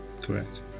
correct